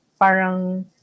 parang